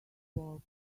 walk